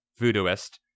voodooist